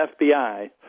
FBI